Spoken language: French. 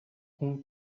hong